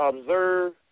observe